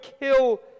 kill